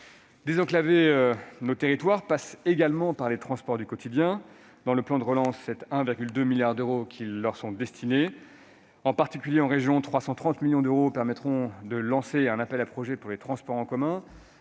Désenclaver nos territoires, cela passe également par les transports du quotidien. Dans le plan de relance, 1,2 milliard d'euros leur sont destinés. En particulier, en région, 330 millions d'euros permettront le lancement d'un appel à projets pour les transports en commun,